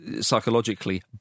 psychologically